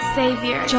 savior